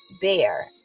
bear